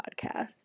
podcast